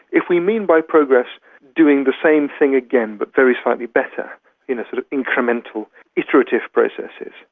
if we mean by progress doing the same thing again but very slightly better in sort of incremental iterative processes,